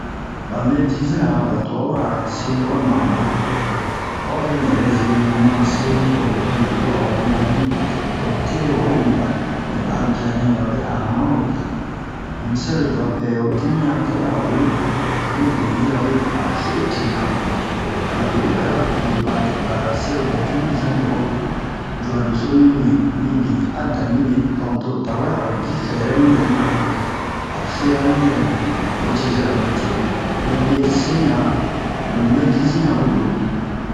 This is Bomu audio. ba medizira a ba tubabura se wa ma ba a wa benɛ yɛrɛ zenuɲu mana se don tomu do a wa miba mi don tele wa we miba mɛ ba'a bianɛ ba bɛrɛ a hamano bi'a um sɛrobia pɛ ho dimiyan tawe awe we be yirawe a'o fe o tena abe o yɛrɛ o ba ba sɛrobia cruru zun oro jua doso mimi mibin a damibe don toro tawe aro ji fɛrɛ mi yɛrɛna a fera mi yɛrɛna a protezera mite don me se yan lo medizi yan we webun